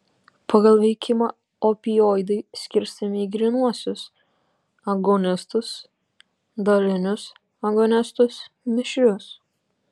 pagal veikimą opioidai skirstomi į grynuosius agonistus dalinius agonistus mišrius